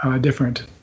different